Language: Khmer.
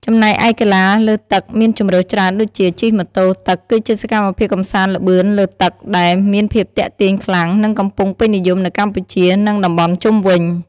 ចំណែកឯកីឡាលើទឹកមានជម្រើសច្រើនដូចជា ជិះម៉ូតូទឹកគឺជាសកម្មភាពកម្សាន្តល្បឿនលើទឹកដែលមានភាពទាក់ទាញខ្លាំង និងកំពុងពេញនិយមនៅកម្ពុជា និង តំបន់ជុំវិញ។